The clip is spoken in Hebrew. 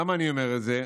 למה אני אומר את זה?